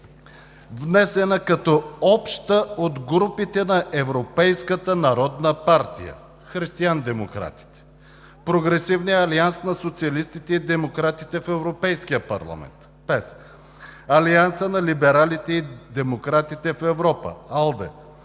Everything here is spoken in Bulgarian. внесена като обща от групите на Европейската народна партия – християндемократите, Прогресивния алианс на социалистите и демократите в Европейския парламент – ПЕС, Алианса на либералите и демократите в Европа – АЛДЕ,